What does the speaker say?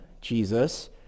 Jesus